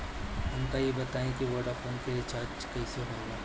हमका ई बताई कि वोडाफोन के रिचार्ज कईसे होला?